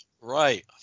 right